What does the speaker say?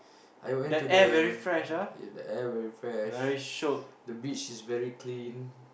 I went to the the air very fresh the beach is very clean